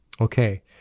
Okay